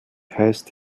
heißt